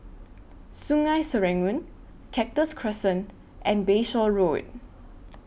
Sungei Serangoon Cactus Crescent and Bayshore Road